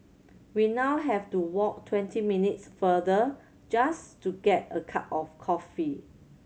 we now have to walk twenty minutes further just to get a cup of coffee